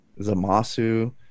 Zamasu